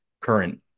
current